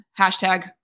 hashtag